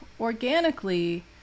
organically